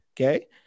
okay